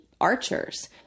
archers